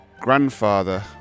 grandfather